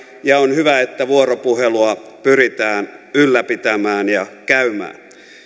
ja on hyvä että vuoropuhelua pyritään ylläpitämään ja käymään